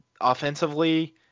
Offensively